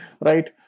right